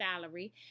salary